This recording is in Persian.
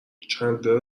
چندلر